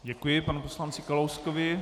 Děkuji panu poslanci Kalouskovi.